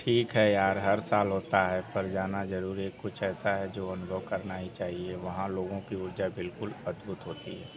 ठीक है यार हर साल होता है पर जाना ज़रूर यह कुछ ऐसा है जो अनुभव करना ही चाहिए वहाँ लोगों की ऊर्जा बिलकुल अद्भुत होती है